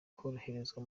koroherezwa